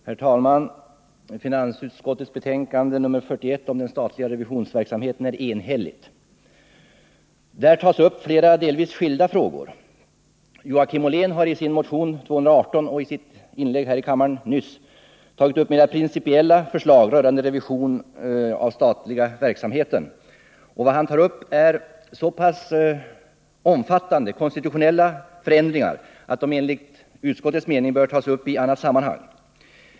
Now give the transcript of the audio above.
Herr talman! Finansutskottets betänkande nr 41 om den statliga revisionsverksamheten är enhälligt. Där behandlas flera delvis skilda frågor. Joakim Ollén har i motion 218 och i sitt inlägg här i kammaren nyss tagit upp mer principiella förslag rörande revision av den statliga verksamheten. Vad han anfört gäller så pass omfattande konstitutionella förändringar att det enligt utskottets mening bör behandlas i annat sammanhang.